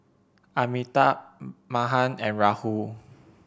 Amitabh Mahan and Rahul